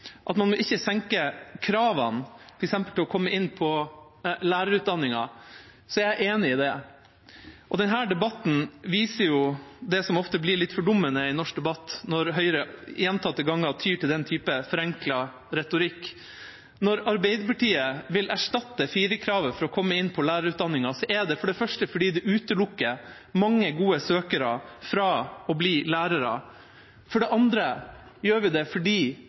at man ikke må senke kravene, f.eks. til å komme inn på lærerutdanningen, er jeg enig i det. Denne debatten viser det som ofte blir litt fordummende i norsk debatt, når Høyre gjentatte ganger tyr til den typen forenklet retorikk. Når Arbeiderpartiet vil ha bort firerkravet for å komme inn på lærerutdanningen, er det for det første fordi det det utelukker mange gode søkere fra å bli lærere. For det andre gjør vi det